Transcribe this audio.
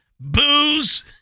booze